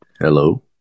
Hello